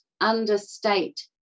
understate